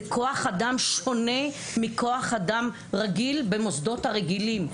זה כוח אדם שונה מכוח אדם רגיל במוסדות הרגילים.